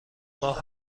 ماه